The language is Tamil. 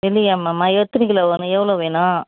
வெள்ளிக்கிழமைமா எத்தினை கிலோ வரும் எவ்வளோ வேணும்